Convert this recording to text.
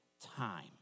time